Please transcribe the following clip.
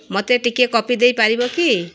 ମୋତେ ଟିକିଏ କଫି ଦେଇପାରିବ କି